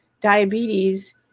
diabetes